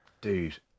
Dude